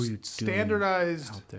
standardized